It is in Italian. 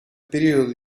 periodo